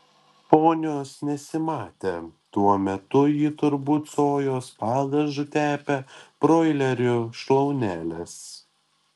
ponios nesimatė tuo metu ji turbūt sojos padažu tepė broilerių šlauneles